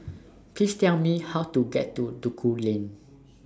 Please Tell Me How to get to Duku Lane